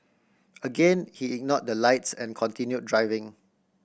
again he ignored the lights and continued driving